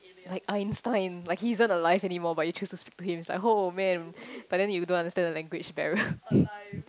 like Einstein like he isn't alive anymore but you choose to speak to him it's like oh man but then you don't understand the language barrier